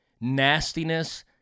nastiness